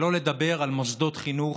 שלא לדבר על מוסדות חינוך: